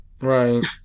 Right